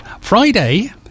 friday